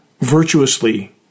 virtuously